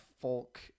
folk